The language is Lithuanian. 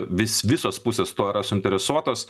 vis visos pusės tuo yra suinteresuotos